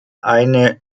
eine